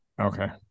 okay